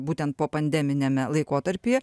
būtent po pandeminiame laikotarpyje